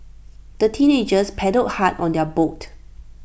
the teenagers paddled hard on their boat